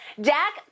Dak